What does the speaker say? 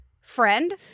friend